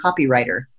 copywriter